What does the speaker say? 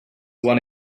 one